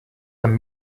them